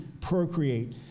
procreate